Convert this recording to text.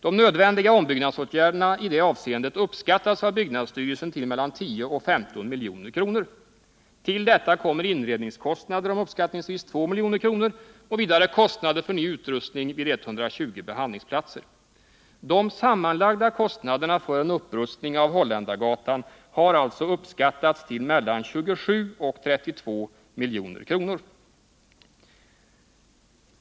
De nödvändiga ombyggnadsåtgärderna i detta avseende uppskattas av byggnadsstyrelsen till mellan 10 och 15 milj.kr. Till detta kommer inredningskostnader om uppskattningsvis 2 milj.kr. och vidare kostnader för ny upprustning vid 120 behandlingsplatser. De sammanlagda kostnaderna för en upprustning av Holländargatan har alltså uppskattats till mellan 27 och 32 milj.kr.